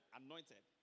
anointed